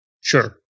Sure